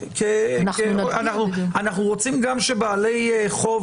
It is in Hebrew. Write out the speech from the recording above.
אנחנו --- כי אנחנו רוצים שגם בעלי חוב